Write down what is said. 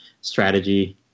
strategy